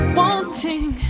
wanting